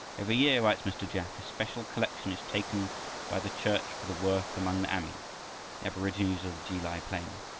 every year, writes mr. jack, a special collection is taken by the church for the work among the ami the aborigines of the ki-lai plain.